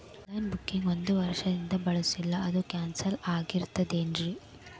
On line banking ಒಂದ್ ವರ್ಷದಿಂದ ಬಳಸಿಲ್ಲ ಅದು ಕ್ಯಾನ್ಸಲ್ ಆಗಿರ್ತದೇನ್ರಿ?